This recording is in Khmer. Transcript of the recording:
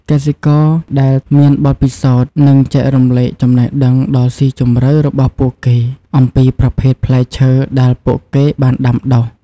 កសិករដែលមានបទពិសោធន៍នឹងចែករំលែកចំណេះដឹងដ៏ស៊ីជម្រៅរបស់ពួកគេអំពីប្រភេទផ្លែឈើដែលពួកគេបានដាំដុះ។